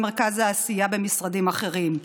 במרכז העשייה במשרדים אחרים,